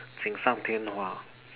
锦上添花: jing shang tian hua